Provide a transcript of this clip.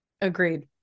Agreed